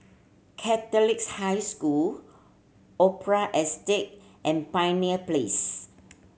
Catholic's High School Opera Estate and Pioneer Place